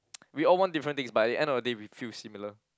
we all want different things but at the end of the day we feel similar